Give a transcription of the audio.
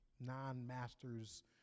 non-masters